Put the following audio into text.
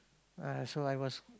uh so I was